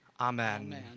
Amen